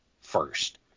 first